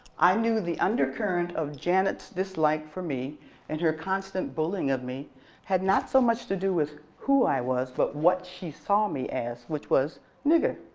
i knew the undercurrent of janet's dislike for me and her constant bullying of me had not so much to do with who i was but what she saw me as, which was n gger.